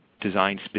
designed